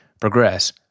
progress